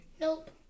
Nope